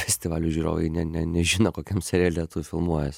festivalių žiūrovai ne ne nežino kokiam seriale tu filmuojies